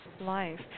life